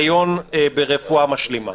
היריון ברפואה משלימה.